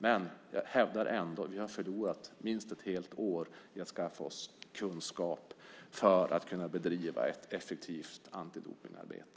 Men jag hävdar ändå att vi har förlorat minst ett helt år när det gäller att skaffa oss kunskap för att kunna bedriva ett effektivt antidopningsarbete.